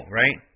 right